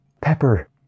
Pepper